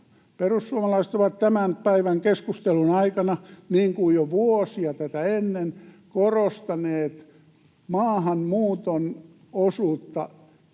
Perussuomalaiset ovat tämän päivän keskustelun aikana, niin kuin jo vuosia tätä ennen, korostaneet maahanmuuton osuutta keskeisenä